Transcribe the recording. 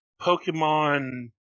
Pokemon